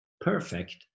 perfect